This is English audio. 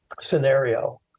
scenario